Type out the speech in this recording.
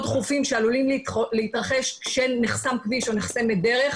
דחופים שעלולים להתרחש כאשר נחסם כביש או נחסמת דרך,